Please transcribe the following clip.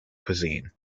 cuisine